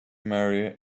marry